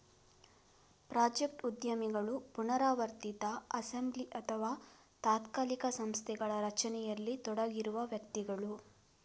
project ಉದ್ಯಮಿಗಳು ಪುನರಾವರ್ತಿತ assembly ಅಥವಾ ತಾತ್ಕಾಲಿಕ ಸಂಸ್ಥೆಗಳ ರಚನೆಯಲ್ಲಿ ತೊಡಗಿರುವ ವ್ಯಕ್ತಿಗಳು